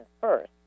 first